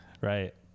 Right